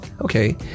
okay